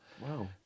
Wow